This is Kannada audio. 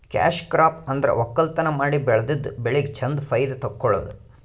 ಕ್ಯಾಶ್ ಕ್ರಾಪ್ ಅಂದ್ರ ವಕ್ಕಲತನ್ ಮಾಡಿ ಬೆಳದಿದ್ದ್ ಬೆಳಿಗ್ ಚಂದ್ ಫೈದಾ ತಕ್ಕೊಳದು